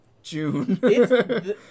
June